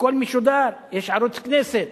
הכול משודר, יש ערוץ הכנסת